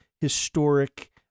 historic